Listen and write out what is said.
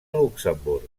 luxemburg